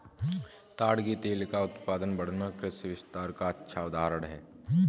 ताड़ के तेल का उत्पादन बढ़ना कृषि विस्तार का अच्छा उदाहरण है